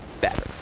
better